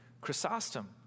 Chrysostom